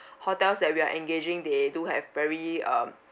hotels that we are engaging they do have very um